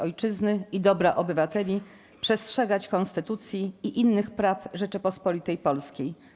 Ojczyzny i dobra obywateli, przestrzegać Konstytucji i innych praw Rzeczypospolitej Polskiej”